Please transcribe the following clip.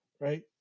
Right